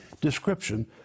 description